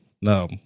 No